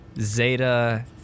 Zeta